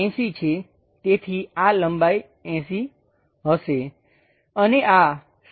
તેથી આ લંબાઈ 80 હશે અને આ 60 એકમની છે